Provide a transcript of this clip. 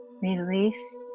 Release